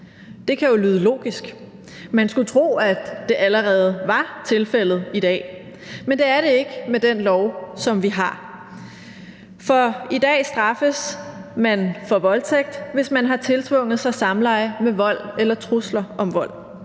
Det kan jo lyde logisk. Man skulle tro, at det allerede var tilfældet i dag, men det er det ikke med den lov, vi har. I dag straffes man for voldtægt, hvis man har tiltvunget sig samleje med vold eller trusler om vold,